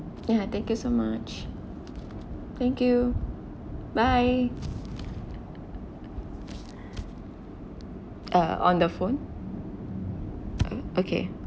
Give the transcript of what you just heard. ya thank you so much thank you bye uh on the phone okay